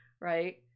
right